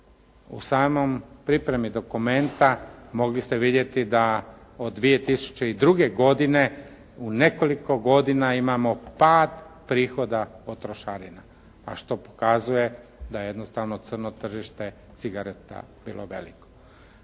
U samoj pripremi dokumenta mogli ste vidjeti da od 2002. godine u nekoliko godina imamo pad prihoda od trošarina, a što pokazuje da jednostavno crno tržište cigareta bilo veliko.